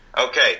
Okay